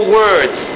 words